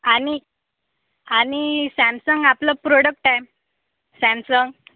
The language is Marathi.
आणि आणि सॅमसंग आपलं प्रोडक्ट आहे सॅमसंग